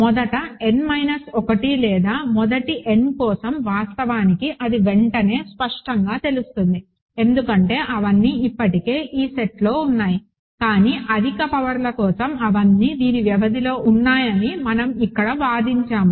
మొదటి n minus 1 లేదా మొదటి n కోసం వాస్తవానికి అది వెంటనే స్పష్టంగా తెలుస్తుంది ఎందుకంటే అవన్నీ ఇప్పటికే ఈ సెట్లో ఉన్నాయి కానీ అధిక పవర్ ల కోసం అవన్నీ దీని వ్యవధిలో ఉన్నాయని మనం ఇక్కడ వాదించాము